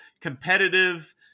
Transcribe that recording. competitive